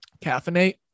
Caffeinate